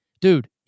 dude